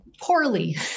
Poorly